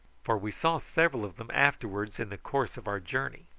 for we saw several of them afterwards in the course of our journey.